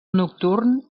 nocturn